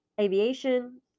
Aviation